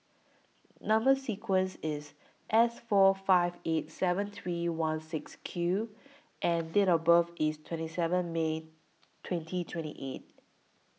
Number sequence IS S four five eight seven three one six Q and Date of birth IS twenty seven May twenty twenty eight